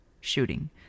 shooting